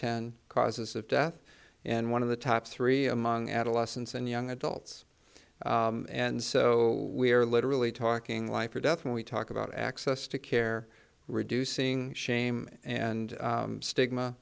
ten causes of death and one of the top three among adolescents and young adults and so we are literally talking life or death when we talk about access to care reducing shame and stigma